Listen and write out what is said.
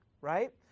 right